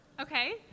Okay